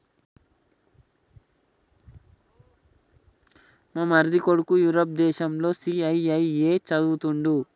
మా మరిది కొడుకు యూరప్ దేశంల సీఐఐఏ చదవతండాడు